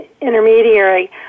intermediary